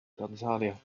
tanzania